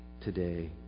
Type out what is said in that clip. today